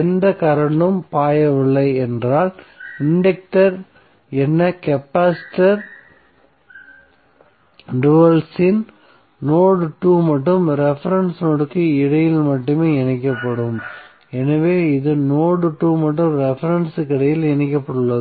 எந்த கரண்ட்டும் பாயவில்லை என்றால் இன்டக்டர் என்ற கேப்பாசிட்டன்ஸ் டூயல் ன் நோட் 2 மற்றும் ரெபரென்ஸ் க்கும் இடையில் மட்டுமே இணைக்கப்படும் எனவே இது நோட் 2 மற்றும் ரெபரென்ஸ் க்கு இடையில் இணைக்கப்பட்டுள்ளது